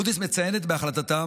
מודי'ס מציינת בהחלטתה